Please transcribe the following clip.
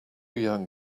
young